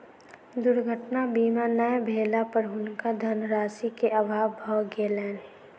दुर्घटना बीमा नै भेला पर हुनका धनराशि के अभाव भ गेलैन